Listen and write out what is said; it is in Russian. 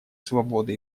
свободы